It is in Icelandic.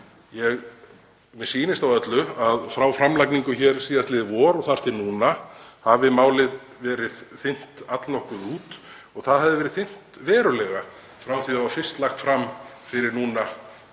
Mér sýnist á öllu að frá framlagningu síðastliðið vor og þar til núna hafi málið verið þynnt allnokkuð út og það hafði verið þynnt verulega frá því að það var fyrst lagt fram fyrir